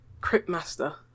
Cryptmaster